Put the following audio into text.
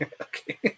Okay